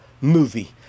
movie